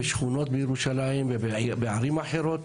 ושכונות בירושלים ובערים אחרות,